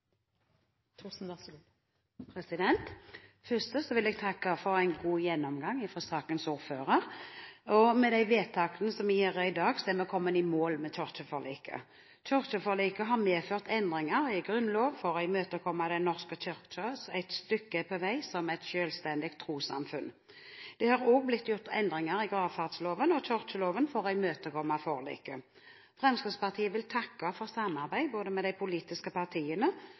vil jeg takke for en god gjennomgang av sakens ordfører. Med de vedtakene som vi gjør i dag, er vi kommet i mål med kirkeforliket. Kirkeforliket har medført endringer i Grunnloven for å imøtekomme Den norske kirke et stykke på vei som et selvstendig trossamfunn. Det har også blitt gjort endringer i gravferdsloven og kirkeloven for å imøtekomme forliket. Fremskrittspartiet vil takke for samarbeidet, både med de politiske partiene